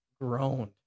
groaned